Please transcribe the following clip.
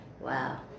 Wow